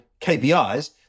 KPIs